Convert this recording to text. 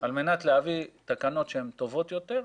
על מנת להביא תקנות שהן טובות יותר.